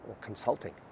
consulting